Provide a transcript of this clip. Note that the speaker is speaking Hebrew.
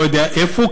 לא יודע לאיפה.